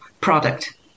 product